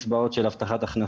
אם זה שילוב אוכלוסיות בתת-ייצוג,